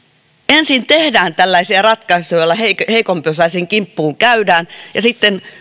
ensin tehdään tällaisia ratkaisuja joilla heikompiosaisen kimppuun käydään ja sitten